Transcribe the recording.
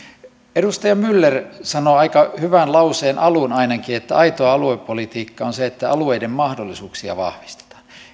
edustaja myller sanoi aika hyvän lauseen alun ainakin aitoa aluepolitiikkaa on se että alueiden mahdollisuuksia vahvistetaan